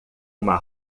uma